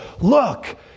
Look